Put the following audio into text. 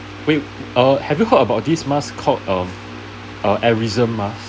wait have you heard of this mask call um uh airism mask